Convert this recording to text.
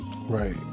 Right